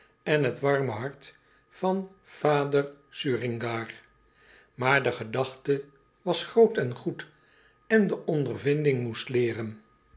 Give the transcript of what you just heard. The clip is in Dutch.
en het warme hart van vader suringar maar de gedachte was groot en goed en de ondervinding moest leeren